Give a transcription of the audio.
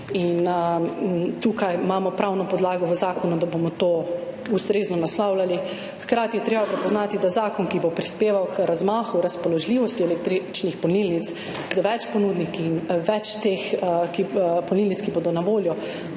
Tukaj imamo pravno podlago v zakonu, da bomo to ustrezno naslavljali. Hkrati je treba prepoznati, da bo zakon, ki bo prispeval k razmahu razpoložljivosti električnih polnilnic z več ponudniki in z več polnilnicami, ki bodo na voljo,